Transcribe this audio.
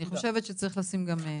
אני חושבת שצריך לשים גם.